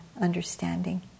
understanding